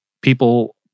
people